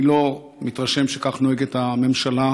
אני לא מתרשם שכך נוהגת הממשלה.